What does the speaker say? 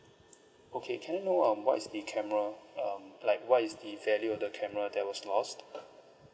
okay can I know um what is the camera um like what is the value of the camera that was lost